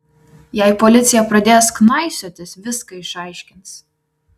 jei policija pradės knaisiotis viską išaiškins